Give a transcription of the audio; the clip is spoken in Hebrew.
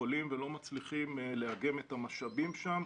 החולים ולא מצליחים לאגם את המשאבים שם,